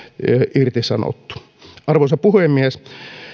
irtisanottu arvoisa puhemies